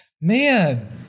man